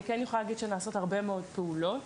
אני יכולה להגיד שנעשות הרבה מאוד פעולות.